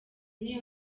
niyo